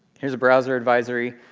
here's a browser advisory